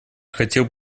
хотел